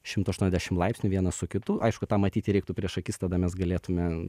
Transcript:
šimtu aštuoniasdešim laipsnių vienas su kitu aišku tą matyt reiktų prieš akis tada mes galėtume